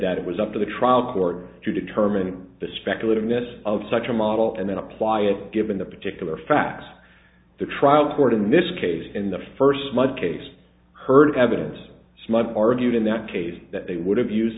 that it was up to the trial court to determine if the speculative midst of such a model and then apply it given the particular facts the trial court in this case in the first month case heard evidence smug argued in that case that they would have used